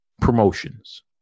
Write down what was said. promotions